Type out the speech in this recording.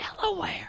Delaware